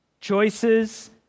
choices